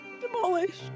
demolished